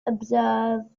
observe